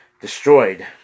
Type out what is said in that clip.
destroyed